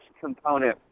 component